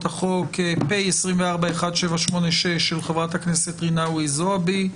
החוק פ/1786/24 של חה"כ רינאוי זועבי,